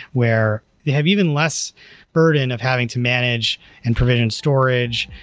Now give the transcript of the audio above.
where they have even less burden of having to manage and provision storage,